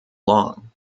long